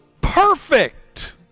perfect